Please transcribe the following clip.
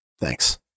Thanks